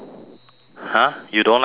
!huh! you don't like me